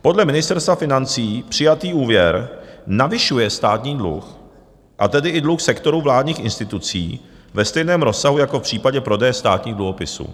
Podle Ministerstva financí přijatý úvěr navyšuje státní dluh, a tedy i dluh sektoru vládních institucí, ve stejném rozsahu jako v případě prodeje státních dluhopisů.